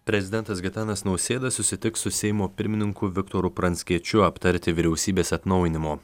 prezidentas gitanas nausėda susitiks su seimo pirmininku viktoru pranckiečiu aptarti vyriausybės atnaujinimo